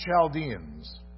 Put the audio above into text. Chaldeans